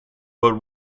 but